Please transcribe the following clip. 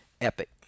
Epic